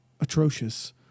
atrocious